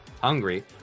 Hungry